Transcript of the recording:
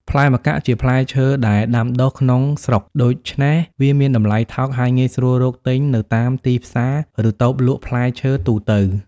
ផ្លែម្កាក់ជាផ្លែឈើដែលដាំដុះក្នុងស្រុក ដូច្នេះវាមានតម្លៃថោក ហើយងាយស្រួលរកទិញនៅតាមទីផ្សារ ឬតូបលក់ផ្លែឈើទូទៅ។